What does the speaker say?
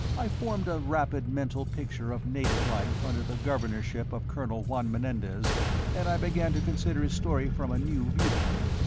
i formed a rapid mental picture of native life under the governorship of colonel juan menendez and i began to consider his story from a new viewpoint.